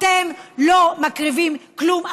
אתם לא מקריבים כלום עבורם?